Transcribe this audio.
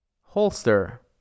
Holster